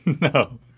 No